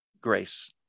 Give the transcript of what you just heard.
Grace